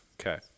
Okay